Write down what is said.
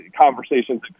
conversations